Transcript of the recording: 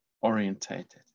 orientated